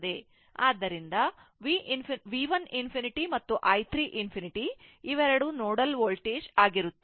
ಆದ್ದರಿಂದ V 1 ∞ ಮತ್ತು i 3 ∞ ಇವೆರಡೂ ನೋಡಲ್ ವೋಲ್ಟೇಜ್ ಆಗಿರುತ್ತವೆ